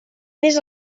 més